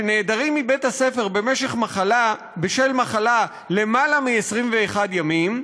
שנעדרים מבית-הספר בשל מחלה למעלה מ-21 ימים,